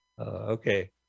Okay